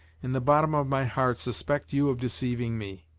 in the bottom of my heart, suspect you of deceiving me?